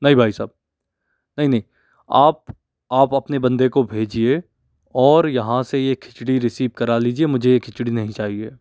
नहीं भाईसाब नहीं नहीं आप आप अपने बंदे को भेजिए और यहाँ से ये खिचड़ी रिसीव करा लीजिए मुझे ये खिचड़ी नहीं चाहिए